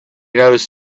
noticed